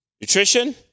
Nutrition